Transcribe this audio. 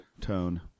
tone